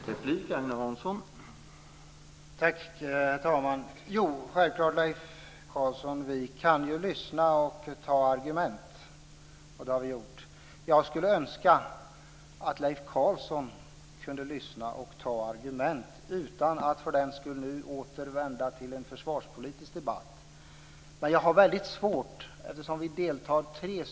Herr talman! Det är självklart att vi kan lyssna och ta argument, Leif Carlson. Det har vi gjort. Jag skulle önska att Leif Carlsson kunde lyssna och ta argument, utan att för den skull nu återvända till en försvarspolitisk debatt. Jag önskar naturligtvis att man kunde lägga ned hela försvaret.